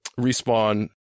Respawn